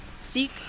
seek